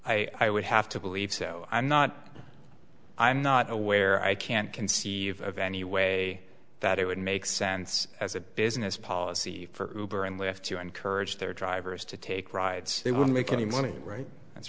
about i would have to believe so i'm not i'm not aware i can't conceive of any way that it would make sense as a business policy for gruber and left to encourage their drivers to take rides they want to make any money right that's